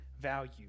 value